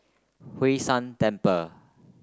Hwee San Temple